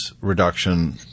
reduction